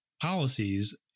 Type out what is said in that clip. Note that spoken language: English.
policies